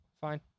Fine